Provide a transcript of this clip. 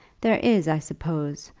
there is, i suppose,